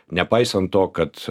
nepaisant to kad